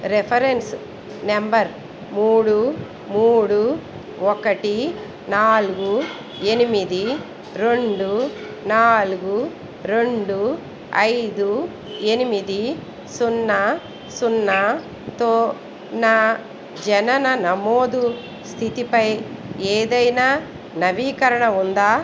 reference number మూడు మూడు ఒకటి నాలుగు ఎనిమిది రెండు నాలుగు రెండు ఐదు ఎనిమిది సున్నా సున్నాతో నా జనన నమోదు స్థితిపై ఏదైనా నవీకరణ ఉందా